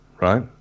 right